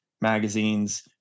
magazines